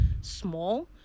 small